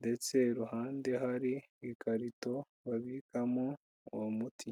ndetse iruhande hari ikarito babikamo uwo muti.